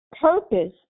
purpose